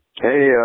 Hey